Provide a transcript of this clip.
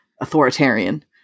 authoritarian